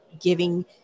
giving –